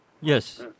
Yes